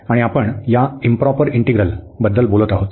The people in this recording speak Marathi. आणि आपण या इंप्रॉपर इंटिग्रल बद्दल बोलत आहोत